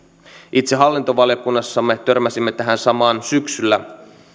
itse hallintovaliokunnassa me törmäsimme tähän samaan syksyllä